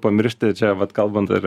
pamiršti čia vat kalbant ir